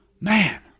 man